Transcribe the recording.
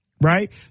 right